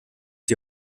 die